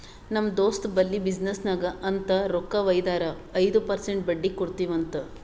ನಮ್ ದೋಸ್ತ್ ಬಲ್ಲಿ ಬಿಸಿನ್ನೆಸ್ಗ ಅಂತ್ ರೊಕ್ಕಾ ವೈದಾರ ಐಯ್ದ ಪರ್ಸೆಂಟ್ ಬಡ್ಡಿ ಕೊಡ್ತಿವಿ ಅಂತ್